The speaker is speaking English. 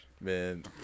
Man